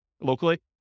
locally